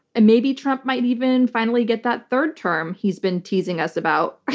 and maybe trump might even finally get that third term he's been teasing us about.